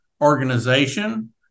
organization